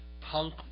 punk